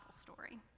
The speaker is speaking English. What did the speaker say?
story